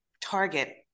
target